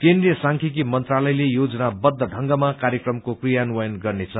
केन्द्रीय सांख्यिकी मन्त्रालयले योजनाबद्द ढंगमा कार्यक्रमको क्रियान्वयन गर्नेछ